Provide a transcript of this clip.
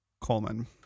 Coleman